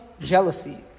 jealousy